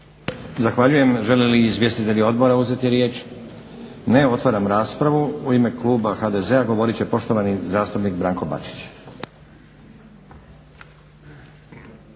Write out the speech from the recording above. Zahvaljujem. Žele li izvjestitelji odbora uzeti riječ? Ne. Otvaram raspravu. U ime kluba HDZ-a govorit će poštovani zastupnik Branko Bačić.